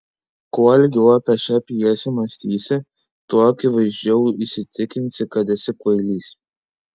kuo ilgiau apie šią pjesę mąstysi tuo akivaizdžiau įsitikinsi kad esi kvailys